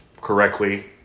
correctly